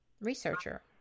researcher